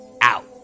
out